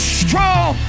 strong